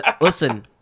listen